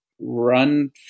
run